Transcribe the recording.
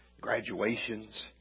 graduations